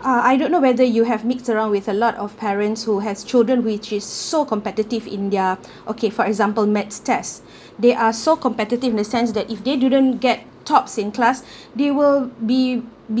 uh I don't know whether you have mix around with a lot of parents who has children which is so competitive in their okay for example math tests they are so competitive in a sense that if they didn't get tops in class they will be